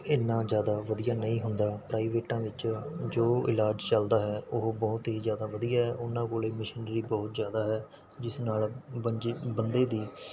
ਇੰਨਾ ਜ਼ਿਆਦਾ ਵਧੀਆ ਨਹੀਂ ਹੁੰਦਾ ਪ੍ਰਾਈਵੇਟਾਂ ਵਿੱਚ ਜੋ ਇਲਾਜ ਚੱਲਦਾ ਹੈ ਉਹ ਬਹੁਤ ਹੀ ਜ਼ਿਆਦਾ ਵਧੀਆ ਏ ਉਹਨਾਂ ਕੋਲ ਮਸ਼ੀਨਰੀ ਬਹੁਤ ਜ਼ਿਆਦਾ ਹੈ ਜਿਸ ਨਾਲ਼ ਬੰਜੇ ਬੰਦੇ ਦੀ